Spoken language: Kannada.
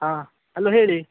ಹಾಂ ಅಲೋ ಹೇಳಿ